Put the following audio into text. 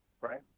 right